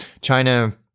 China